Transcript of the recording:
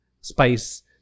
spice